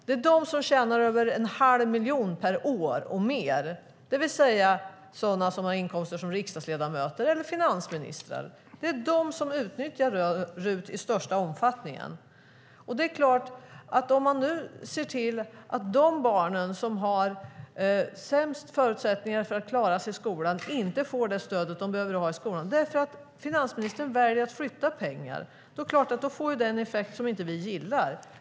Det är de som tjänar en halv miljon eller mer per år, det vill säga de som har inkomster i nivå med riksdagsledamöter eller finansministrar. Det är de som utnyttjar RUT i störst omfattning. Om man nu ser till att de barn som har sämst förutsättningar för att klara sig i skolan inte får det stöd som de behöver i skolan därför att finansministern väljer att flytta pengar får det en effekt som vi inte gillar.